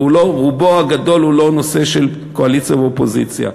ורובו הגדול הוא לא נושא של קואליציה ואופוזיציה.